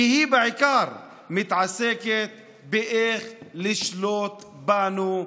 כי היא בעיקר מתעסקת איך לשלוט בנו.